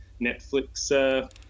Netflix